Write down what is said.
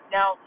Now